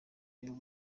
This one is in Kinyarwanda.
nibo